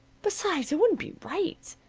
besides, it wouldn't be right.